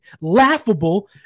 laughable